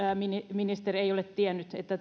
ministeri ei ole tiennyt että